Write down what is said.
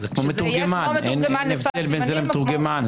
שזה יהיה כמו מתורגמן לשפת הסימנים.